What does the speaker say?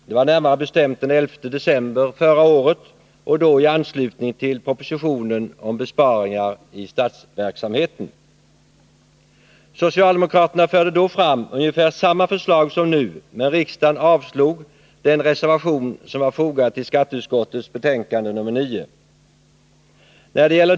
Det var närmare bestämt den 11 december förra året och då i anslutning till propositionen. om besparingar i statsverksamheten. Socialdemokraterna förde då fram ungefär samma förslag som nu, men riksdagen avslog den reservation som var fogad till skatteutskottets betänkande nr 9.